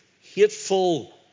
hateful